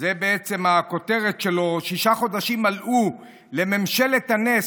זו בעצם הכותרת שלו: "שישה חודשים מלאו ל'ממשלת הנס',